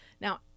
Now